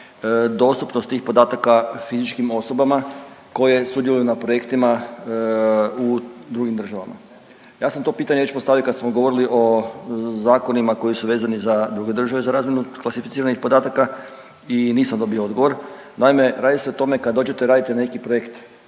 dostupnost tih podataka fizičkim osobama koje sudjeluju na projektima u drugim državama? Ja sam to pitanje već postavio kad smo govorili o zakonima koji su vezani za druge države za razmjenu klasificiranih podataka i nisam dobio odgovor. Naime, radi se o tome kad dođete raditi na neki projekt